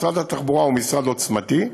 משרד התחבורה הוא משרד עוצמתי,